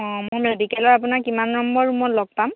অঁ মই মেডিকেলত আপোনাক কিমান নম্বৰ ৰুমত লগ পাম